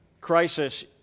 crisis